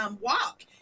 walk